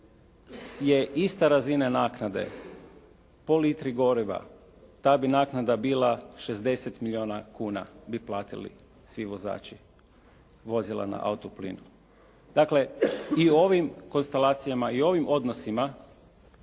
je s ista razina naknade po litri goriva, ta bi naknada bila 60 milijuna kuna bi platili svi vozači vozila na autoplin. Dakle, i ovim konstalacijama, i ovim odnosima